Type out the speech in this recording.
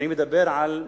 אני מדבר על,